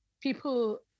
people